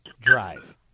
Drive